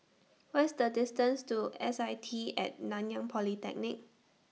What IS The distance to S I T At Nanyang Polytechnic